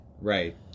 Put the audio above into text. Right